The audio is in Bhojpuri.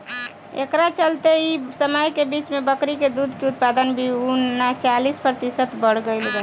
एकरा चलते एह समय के बीच में बकरी के दूध के उत्पादन भी उनचालीस प्रतिशत बड़ गईल रहे